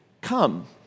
come